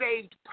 saved